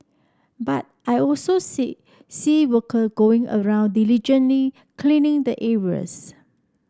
but I also see see worker going around diligently cleaning the areas